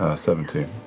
seventeen.